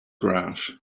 graph